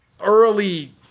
early